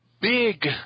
Big